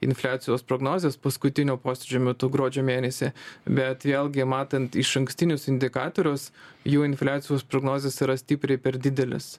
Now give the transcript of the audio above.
infliacijos prognozes paskutinio posėdžio metu gruodžio mėnesį bet vėlgi matant išankstinius indikatorius jų infliacijos prognozės yra stipriai per didelės